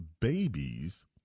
babies